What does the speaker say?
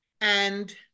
and-